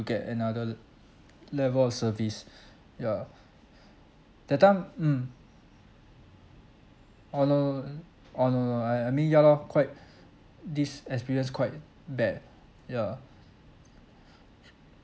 get another level of service ya that time mm oh no no no eh oh no no I I mean ya lor quite this experience quite bad yeah